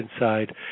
inside